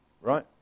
right